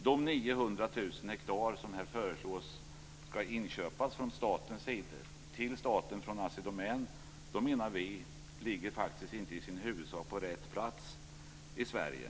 De 900 000 hektar som det här föreslås skall köpas av staten från Assi Domän ligger inte i sin huvudsak på rätt plats i Sverige.